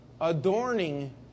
Adorning